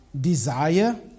desire